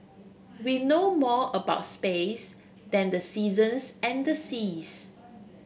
we know more about space than the seasons and seas